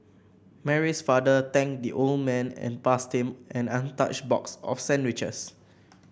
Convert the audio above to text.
Mary's father thanked the old man and passed him an untouched box of sandwiches